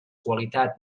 qualitat